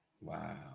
Wow